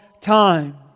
time